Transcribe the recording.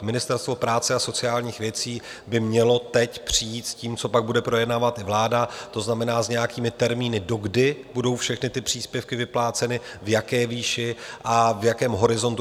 Ministerstvo práce a sociálních věcí by mělo teď přijít s tím, co pak bude projednávat vláda, to znamená s nějakými termíny, do kdy budou všechny ty příspěvky vypláceny, v jaké výši a v jakém horizontu.